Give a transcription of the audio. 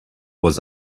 was